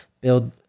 build